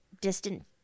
distant